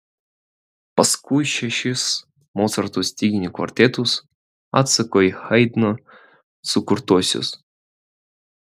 paskui šešis mocarto styginių kvartetus atsaką į haidno sukurtuosius